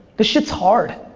this shit's hard.